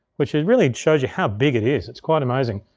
which is, really shows you how big it is. it's quite amazing.